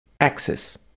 axis